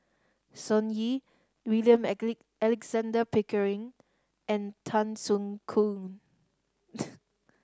Sun Yee William Alexander Pickering and Tan Soo Khoon